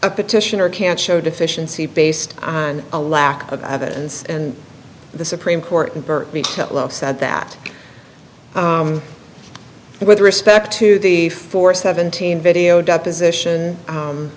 the petitioner can't show deficiency based on a lack of evidence and the supreme court and bert said that with respect to the four seventeen video deposition